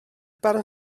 barn